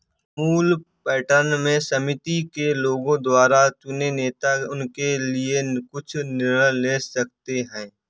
Amul pattern में समिति के लोगों द्वारा चुने नेता उनके लिए कुछ निर्णय ले सकते हैं